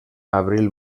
abril